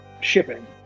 shipping